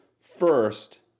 first